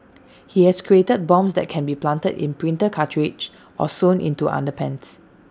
he has created bombs that can be planted in printer cartridges or sewn into underpants